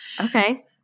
Okay